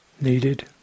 needed